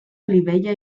olivella